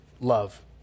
love